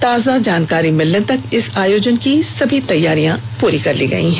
ताजा जानकारी मिलने तक इस आयोजन की सभी तैयारियां पूरी कर ली गई हैं